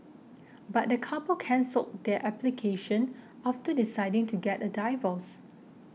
but the couple cancelled their application after deciding to get a divorce